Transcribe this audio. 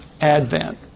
advent